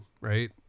right